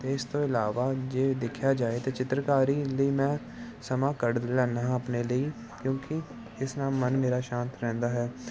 ਅਤੇ ਇਸ ਤੋਂ ਇਲਾਵਾ ਜੇ ਦੇਖਿਆ ਜਾਵੇ ਤਾਂ ਚਿੱਤਰਕਾਰੀ ਲਈ ਮੈਂ ਸਮਾਂ ਕੱਢ ਲੈਂਦਾ ਹਾਂ ਆਪਣੇ ਲਈ ਕਿਉਂਕਿ ਇਸ ਨਾਲ ਮਨ ਮੇਰਾ ਸ਼ਾਂਤ ਰਹਿੰਦਾ ਹੈ